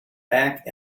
back